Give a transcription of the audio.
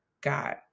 God